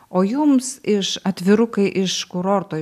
o jums iš atvirukai iš kurorto